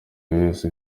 wese